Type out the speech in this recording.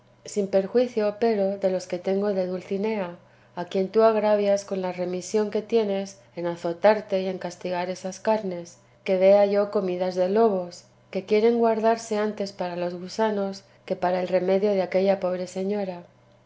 sin perjuicio pero de los que tengo de dulcinea a quien tú agravias con la remisión que tienes en azotarte y en castigar esas carnes que vea yo comidas de lobos que quieren guardarse antes para los gusanos que para el remedio de aquella pobre señora